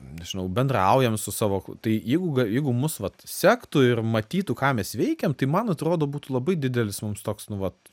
nežinau bendraujam su savo tai jeigu jeigu mus vat sektų ir matytų ką mes veikiam tai man atrodo būtų labai didelis mums toks nu vat